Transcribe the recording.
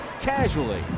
Casually